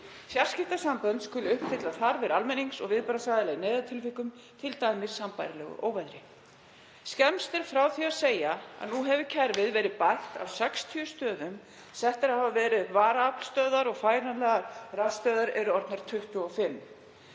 Fjarskiptasambönd skulu uppfylla þarfir almennings og viðbragðsaðila í neyðartilvikum, t.d. sambærilegu óveðri. Skemmst er frá því að segja að nú hefur kerfið verið bætt á 60 stöðum, settar hafa verið upp varaaflstöðvar og færanlegar rafstöðvar eru orðnar 25.